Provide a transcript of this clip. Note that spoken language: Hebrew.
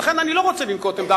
ולכן אני לא רוצה לנקוט עמדה,